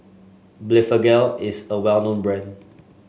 Blephagel is a well known brand